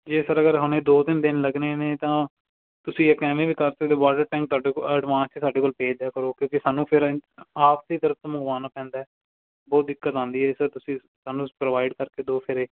ਜੀ ਸਰ ਅਗਰ ਹੁਣ ਇਹ ਦੋ ਤਿੰਨ ਦਿਨ ਲੱਗਣੇ ਨੇ ਤਾਂ ਤੁਸੀਂ ਇੱਕ ਐਵੇਂ ਵੀ ਕਰ ਸਕਦੇ ਵਾਟਰ ਟੈਂਕ ਤੁਹਾਡੇ ਕੋਲ ਅਡਵਾਂਸ 'ਚ ਸਾਡੇ ਕੋਲ ਭੇਜ ਦਿਆ ਕਰੋ ਕਿਉਂਕਿ ਸਾਨੂੰ ਫਿਰ ਆਪਦੀ ਤਰਫ ਤੋਂ ਮੰਗਵਾਉਣਾ ਪੈਂਦਾ ਏ ਬਹੁਤ ਦਿੱਕਤ ਆਉਂਦੀ ਹੈ ਸਰ ਤੁਸੀਂ ਸਾਨੂੰ ਪ੍ਰੋਵਾਈਡ ਕਰਕੇ ਦਿਓ ਫਿਰ ਇਹ